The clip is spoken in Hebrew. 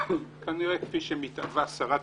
כנראה כפי שמתאווה שרת